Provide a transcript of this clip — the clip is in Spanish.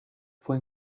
fue